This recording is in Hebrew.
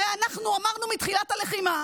הרי מתחילת הלחימה